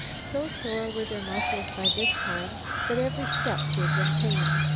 so sore were their muscles by this time that every step gave them pain.